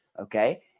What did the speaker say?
Okay